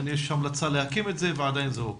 יש המלצה להקים את זה ועדיין זה לא קם.